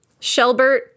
Shelbert